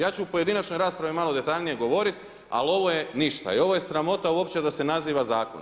Ja ću u pojedinačnoj raspravi malo detaljnije govoriti ali ovo je ništa i ovo je sramota uopće da se naziva zakon.